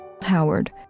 Howard